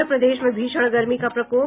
और प्रदेश में भीषण गर्मी का प्रकोप